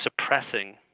suppressing